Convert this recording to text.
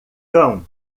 cão